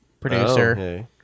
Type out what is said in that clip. producer